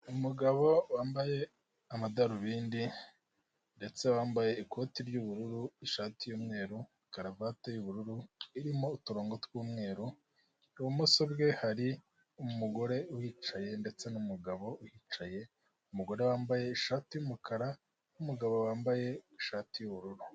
Umugabo wambaye amadarubindi ndetse wamabye ikoti ry'ubururu, ishati y'umweru, karavati y'ubururu irimo uturongo tw'umweru. Ibumoso bwe hari umugore uhicaye ndetse n'umugabo uhicaye, umugore wambaye ishati y'umukara n'umugabo wambaye ishati y'ubururu.